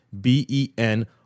B-E-N